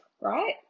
right